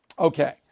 Okay